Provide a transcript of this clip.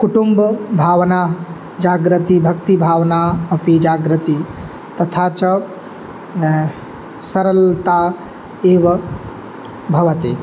कुटुम्बभावना जागर्ति भक्तिभावना अपि जागर्ति तथा च सरलता एव भवति